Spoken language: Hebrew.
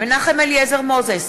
מנחם אליעזר מוזס,